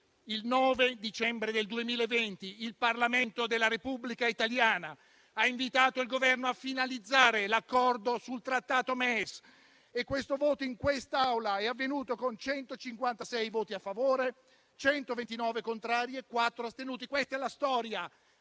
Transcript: il 9 dicembre del 2020 il Parlamento della Repubblica italiana ha invitato il Governo a finalizzare l'accordo sul Trattato MES e il voto in quest'Aula è avvenuto con 156 voti a favore, 129 contrari e quattro astenuti. Questa è la storia.